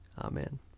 Amen